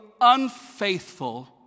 unfaithful